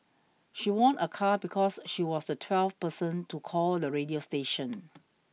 she won a car because she was the twelfth person to call the radio station